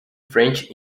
french